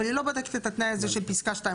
אבל היא לא בודקת את התנאי הזה של פיסקה (2).